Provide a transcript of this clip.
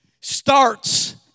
starts